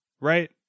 right